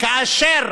כאשר